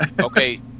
okay